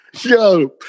Yo